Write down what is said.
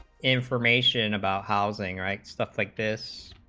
information about housing and stuff like this,